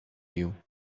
you